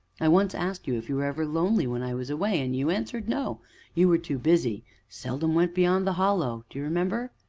i once asked you if you were ever lonely when i was away, and you answered no' you were too busy seldom went beyond the hollow' do you remember?